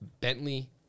Bentley